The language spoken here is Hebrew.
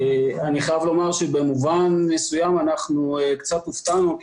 אני חייב לומר שבמובן מסוים אנחנו קצת הופתענו כי